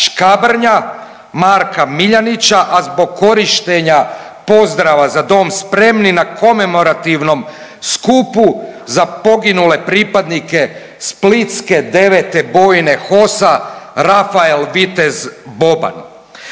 Škabrnja Marka Miljanića, a zbog korištenja pozdrava „Za dom spremni“ na komemorativnom skupu za poginule pripadnike Splitske devete bojne HOS-a Rafael Vitez Boban.